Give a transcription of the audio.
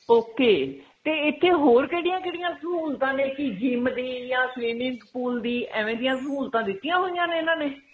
okay ਅਤੇ ਇੱਥੇ ਹੋਰ ਕਿਹੜੀਆਂ ਕਿਹੜੀਆਂ ਸਹੂਲਤਾਂ ਨੇ ਕੀ ਜਿੰਮ ਦੀ ਜ਼ਾਂ ਸਵੀਮਿੰਗ ਪੂਲ ਦੀ ਐਵੇਂ ਦੀਆਂ ਸਹੂਲਤਾਂ ਦਿੱਤੀਆਂ ਹੋਈਆਂ ਨੇ ਇਹਨਾਂ ਨੇ